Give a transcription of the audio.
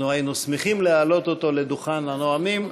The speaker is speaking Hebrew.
אנחנו היינו שמחים להעלות אותו לדוכן הנואמים,